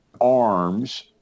arms